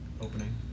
opening